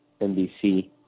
NBC